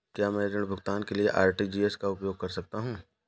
क्या मैं ऋण भुगतान के लिए आर.टी.जी.एस का उपयोग कर सकता हूँ?